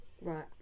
right